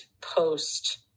post